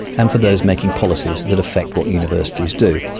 and for those making policies that effect what universities do.